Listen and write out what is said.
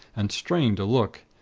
and strained to look.